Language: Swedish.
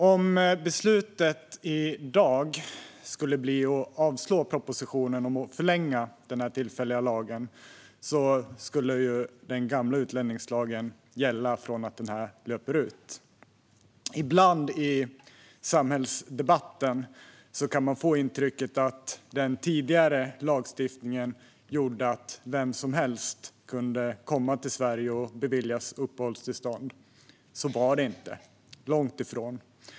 Om beslutet i dag skulle bli att avslå propositionen om att förlänga den tillfälliga lagen skulle den gamla utlänningslagen gälla från att den nuvarande lagen löper ut. Ibland i samhällsdebatten kan man få intrycket att den tidigare lagstiftningen gjorde att vem som helst kunde komma till Sverige och beviljas uppehållstillstånd. Så var det inte - långt ifrån.